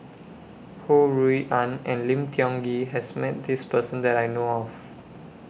Ho Rui An and Lim Tiong Ghee has Met This Person that I know of